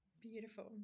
Beautiful